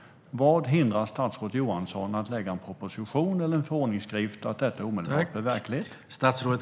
Vad hindrar statsrådet Johansson från att lägga fram en proposition eller en förordningsskrift så att detta omedelbart blir verklighet?